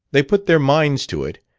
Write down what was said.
they put their minds to it,